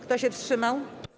Kto się wstrzymał?